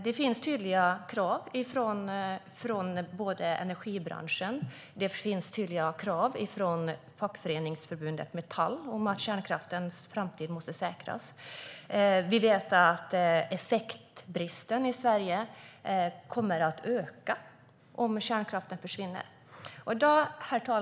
Det finns tydliga krav från energibranschen och från fackförbundet Metall om att kärnkraftens framtid måste säkras. Vi vet att effektbristen i Sverige kommer att öka om kärnkraften försvinner.